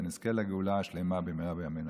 ונזכה לגאולה שלמה במהירה בימינו,